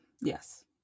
yes